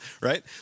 right